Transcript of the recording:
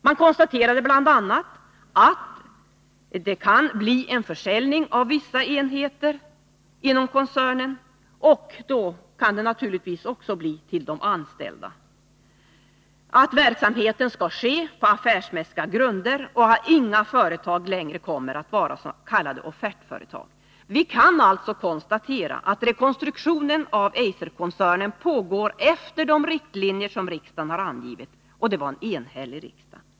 Man konstaterade bl.a. att det kan bli en försäljning av vissa enheter inom koncernen — och det kan naturligtvis också bli till de anställda — att verksamheten skall ske på affärsmässiga grunder och att inga företag längre kommer att vara s.k. offertföretag. Vi kan alltså konstatera att rekonstruktionen av Eiserkoncernen pågår efter de riktlinjer som riksdagen har angivit — och det var en enhällig riksdag.